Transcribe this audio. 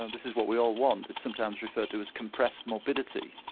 ah this is what we all want, that's sometimes referred to as compressed morbidity.